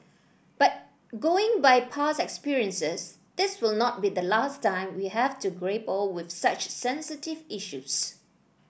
but going by past experiences this will not be the last time we have to grapple with such sensitive issues